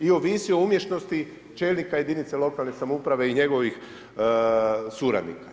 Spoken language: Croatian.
I ovisi o umješnosti, čelnika jedinica lokalnih samouprava i njegovih suradnika.